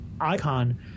Icon